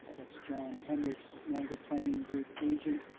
that's john henricks, niagara planning group agent,